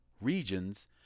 regions